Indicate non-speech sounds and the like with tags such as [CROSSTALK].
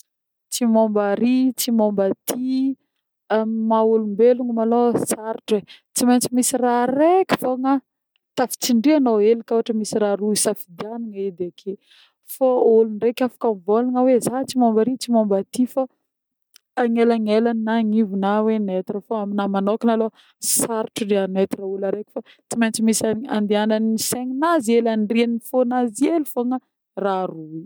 Tsy mômba arÿ, tsy mômba atÿ amin'ny maha olombelogno malôha sarotra e, tsy mentsy misy raha reky fogna tafitsindrianô hely koà ôhatra misy raha roa hisafidianana edy ake, fô ôlo ndreky afaka mivôlagna hoe zah tsy mômba arÿ, tsy mômba atÿ fô [NOISE] agnelagnelana na agnivona na hoe neutre fô. Aminah manôkagna alôha sarotra raha neutre ôlo areky fô tsy mentsy misy an-andianan'ny segnan'azy hely, andrienan'ny fôn'azy hely fogna raha aroy.